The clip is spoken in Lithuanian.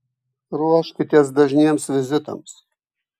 ruoškitės dažniems vizitams